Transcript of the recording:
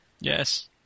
Yes